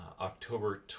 October